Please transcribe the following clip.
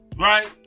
Right